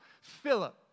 Philip